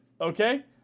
Okay